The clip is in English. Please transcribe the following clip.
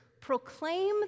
proclaim